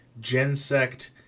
Gensect